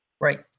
right